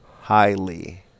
highly